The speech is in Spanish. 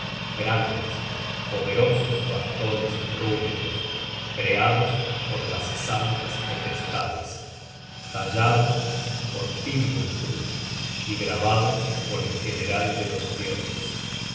grandes poderosos bastones rúnicos creados por las santas potestades tallados por fimbulthul y grabados por el general de los dioses